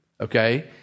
okay